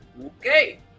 Okay